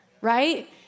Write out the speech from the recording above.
right